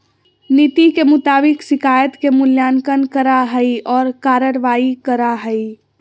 नीति के मुताबिक शिकायत के मूल्यांकन करा हइ और कार्रवाई करा हइ